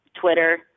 Twitter